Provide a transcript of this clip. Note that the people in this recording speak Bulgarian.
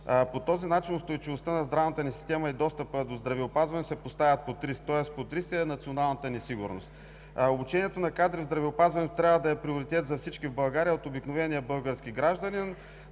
По този начин устойчивостта на здравната ни система и достъпът до здравеопазване се поставят под риск, тоест под риск е националната ни сигурност. Обучението на кадри в здравеопазването трябва да е приоритет за всички в България – от обикновения български гражданин